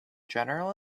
general